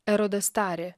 erodas tarė